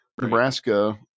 Nebraska